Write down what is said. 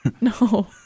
No